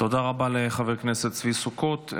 תודה רבה לחבר הכנסת צבי סוכות.